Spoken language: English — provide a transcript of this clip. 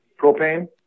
propane